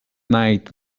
night